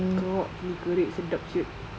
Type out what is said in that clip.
kau ni kerik sedap